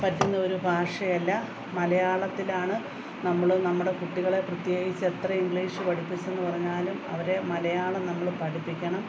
പറ്റുന്ന ഒരു ഭാഷയല്ല മലയാളത്തിലാണ് നമ്മൾ നമ്മുടെ കുട്ടികളെ പ്രത്യേകിച്ച് എത്ര ഇങ്ക്ളീഷ് പഠിപ്പിച്ചെന്ന് പറഞ്ഞാലും അവരെ മലയാളം നമ്മൾ പഠിപ്പിക്കണം